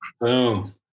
Boom